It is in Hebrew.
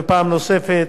ופעם נוספת,